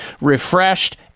refreshed